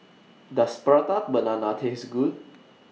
Does Prata Banana Taste Good